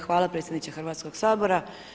Hvala predsjedniče Hrvatskoga sabora.